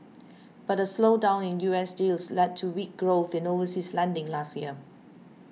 but a slowdown in US deals led to weak growth in overseas lending last year